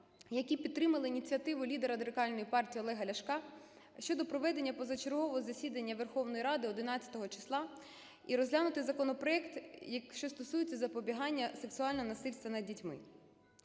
які підтримали ініціативу лідера від Радикальної партії Олега Ляшка щодо проведення позачергового засідання Верховної Ради 11 числа і розглянути законопроект, що стосується запобігання сексуального насильства над дітьми.